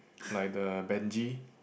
like the Benji